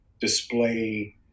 display